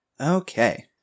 Okay